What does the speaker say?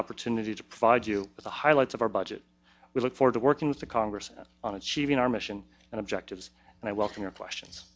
opportunity to provide you with the highlights of our budget we look forward to working with the congress on achieving our mission and objectives and i welcome your questions